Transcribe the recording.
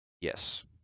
Yes